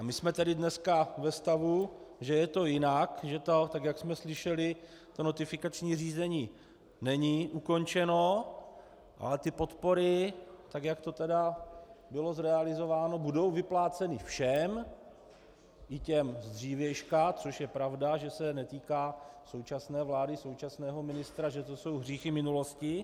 My jsme tedy dneska ve stavu, že je to jinak, že jak jsme slyšeli, notifikační řízení není ukončeno a podpory, tak jak to bylo zrealizováno, budou vypláceny všem, i těm z dřívějška, což je pravda, že se to netýká současné vlády, současného ministra, že to jsou hříchy minulosti.